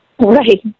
Right